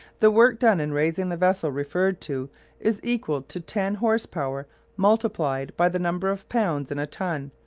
the work done in raising the vessel referred to is equal to ten horse-power multiplied by the number of pounds in a ton,